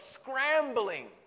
scrambling